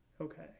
Okay